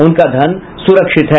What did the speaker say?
उनका धन सुरक्षित है